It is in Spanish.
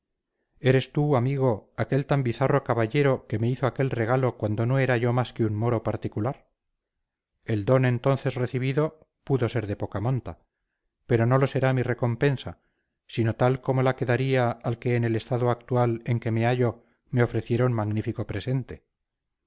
eres tú amigo aquel tan bizarro caballero que me hizo aquel regalo cuando no era yo más que un moro particular el don entonces recibido pudo ser de poca monta pero no lo será mi recompensa sino tal como la que daría al que en el estado actual en que me hallo me ofreciera un magnífico presente